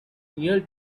near